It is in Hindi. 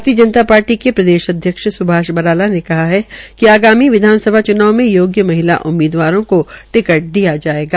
भारतीय जनता पार्टी के प्रदेशाध्यक्ष सुभाष बराला ने कहा है कि आगामी विधानसभा में योग्य महिला उम्मीदवरों को टिकट दिया जायेगा